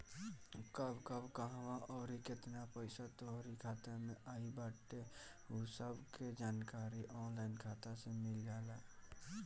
कब कब कहवा अउरी केतना पईसा तोहरी खाता में आई बाटे उ सब के जानकारी ऑनलाइन खाता से मिल जाला